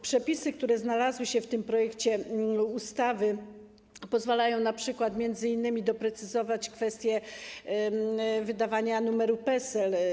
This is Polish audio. Przepisy, które znalazły się w tym projekcie ustawy, pozwalają m.in. doprecyzować kwestie wydawania numeru PESEL.